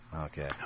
Okay